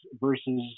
versus